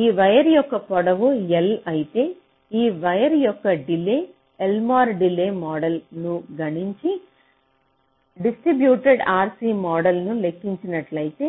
ఈ వైర్ యొక్క పొడవు L అయితే ఈ వైర్ యొక్క డిలే ఎల్మోర్ డిలే మోడల్ను గణించి డిస్ట్రిబ్యూటెడ్ RC మోడల్ను లెక్కించినట్లయితే